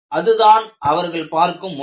அதுதான் அவர்கள் பார்க்கும் முறை